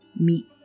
meet